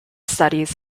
studies